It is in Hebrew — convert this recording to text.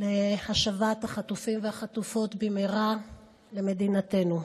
להשבת החטופים והחטופות במהרה למדינתנו.